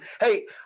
Hey